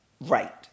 Right